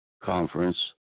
conference